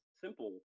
simple